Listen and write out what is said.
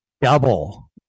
double